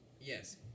Yes